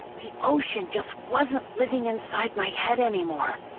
the ocean just wasn't living inside my head anymore.